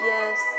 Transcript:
Yes